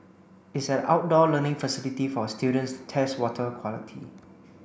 it's an outdoor learning facility for students to test water quality